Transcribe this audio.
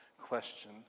question